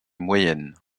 moyenne